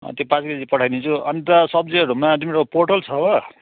त्यो पाक्ने चाहिँ पठाइदिन्छु अनि त सब्जीहरूमा तिम्रो पोटल छ हो